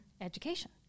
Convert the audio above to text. education